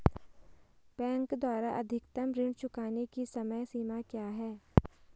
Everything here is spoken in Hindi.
बैंक द्वारा अधिकतम ऋण चुकाने की समय सीमा क्या है?